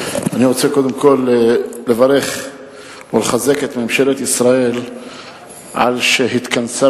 אני רוצה קודם כול לברך ולחזק את ממשלת ישראל על שהתכנסה